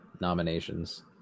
nominations